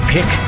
Pick